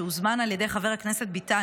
שהוזמן על ידי חבר הכנסת ביטן,